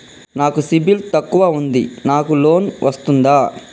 నాకు సిబిల్ తక్కువ ఉంది నాకు లోన్ వస్తుందా?